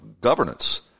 governance